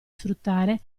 sfruttare